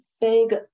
big